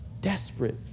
desperate